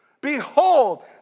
Behold